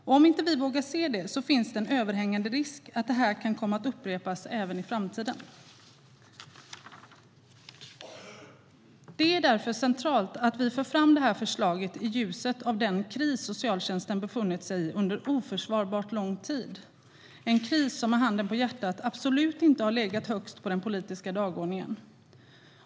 Om inte vi vågar se detta finns en överhängande risk att misslyckandet kan komma att upprepas även i framtiden. Det är därför centralt att vi för fram förslaget i ljuset av den kris socialtjänsten har befunnit sig i under oförsvarbart lång tid. Det är en kris som med handen på hjärtat absolut inte har legat högst på den politiska dagordningen.